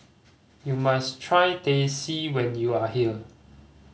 you must try Teh C when you are here